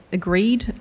agreed